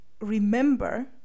remember